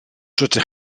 rydych